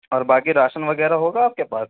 اور باقی راشن وغیرہ ہوگا آپ کے پاس